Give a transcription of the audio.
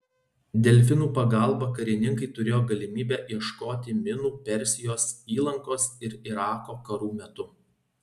delfinų pagalba karininkai turėjo galimybę ieškoti minų persijos įlankos ir irako karų metu